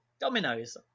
Dominoes